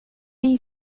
uma